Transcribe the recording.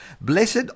Blessed